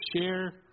share